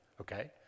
Okay